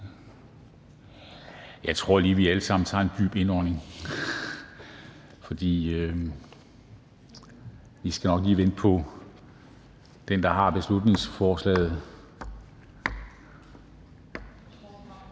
Jeg tror, vi alle sammen tager en dyb indånding, fordi vi nok lige skal vente på den, der har beslutningsforslaget.